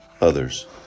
others